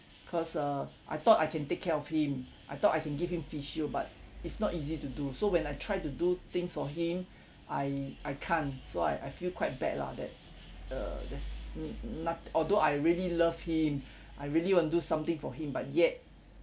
cause uh I thought I can take care of him I thought I can give him physio but it's not easy to do so when I tried to do things for him I I can't so I I feel quite bad lah that uh that's n~ noth~ although I really love him I really want to do something for him but yet